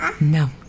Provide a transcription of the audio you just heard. No